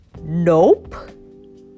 Nope